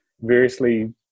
variously